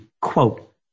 quote